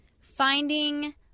finding